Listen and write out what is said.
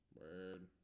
Word